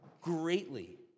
greatly